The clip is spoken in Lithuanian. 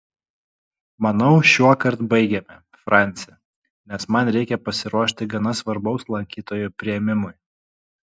manau šiuokart baigėme franci nes man reikia pasiruošti gana svarbaus lankytojo priėmimui